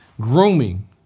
Grooming